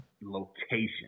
location